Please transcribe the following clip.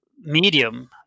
medium